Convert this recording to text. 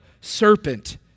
serpent